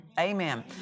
Amen